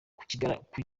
gukiranuka